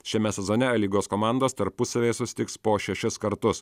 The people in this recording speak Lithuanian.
šiame sezone lygos komandos tarpusavyje susitiks po šešis kartus